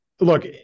look